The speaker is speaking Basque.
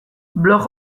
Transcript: blog